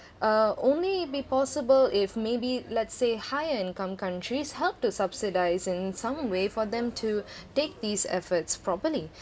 uh only be possible if maybe let's say higher-income countries helped to subsidise in some way for them to take these efforts properly